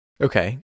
Okay